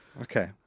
Okay